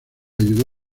ayudó